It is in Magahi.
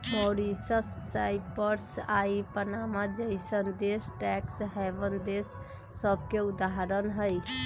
मॉरीशस, साइप्रस आऽ पनामा जइसन्न देश टैक्स हैवन देश सभके उदाहरण हइ